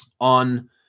on